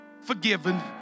forgiven